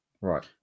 Right